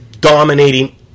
dominating